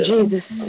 Jesus